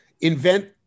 invent